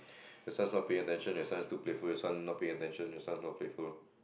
just not pay attention as well as too playful as well not pay attention as well not playful